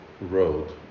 road